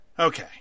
Okay